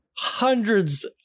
Hundreds